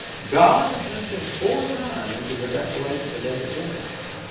god is mentioned four times in the declaration of independence